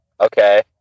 okay